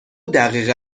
دقیقه